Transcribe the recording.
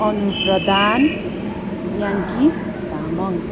Anu Pradhan Yangki Tamang